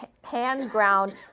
hand-ground